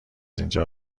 اینجا